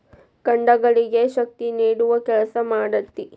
ಕಾಂಡಗಳಿಗೆ ಶಕ್ತಿ ನೇಡುವ ಕೆಲಸಾ ಮಾಡ್ತತಿ